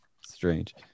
Strange